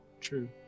True